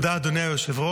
תודה, אדוני היושב-ראש.